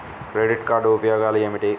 Credit card ఉపయోగాలు ఏమిటి?